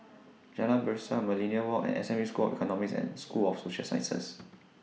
Jalan Berseh Millenia Walk and S M U School of Economics and School of Social Sciences